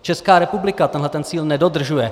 Česká republika tenhle ten cíl nedodržuje.